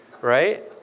Right